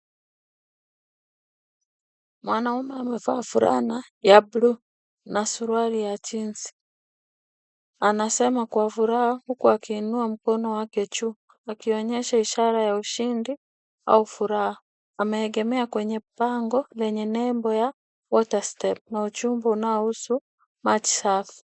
Mwanamume amevaa fulana ya bluu na suruali ya jeans . Anasema kwa furaha huku akiinua mkono wake juu akionyesha ishara ya ushindi au furaha. Ameegemea kwenye bango lenye nembo ya WaterStep na ujumbe unaohusu maji safi.